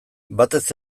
batez